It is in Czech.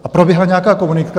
A proběhla nějaká komunikace?